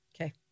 Okay